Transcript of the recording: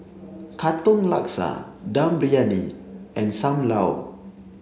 Katong Laksa Dum Briyani and Sam Lau